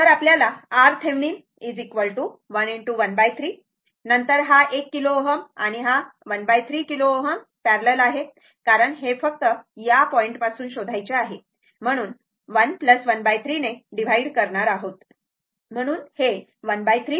तर आपल्याला RThevenin 1 ✖ 13 नंतर हा 1 किलो Ω आणि हा 1 3 किलो Ω पॅरलल आहे कारण हे फक्त या पॉईंट पासून शोधायचे आहे म्हणून 1 13 ने डिव्हाइड करणार आहोत